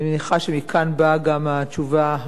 אני מניחה שמכאן באה גם התשובה,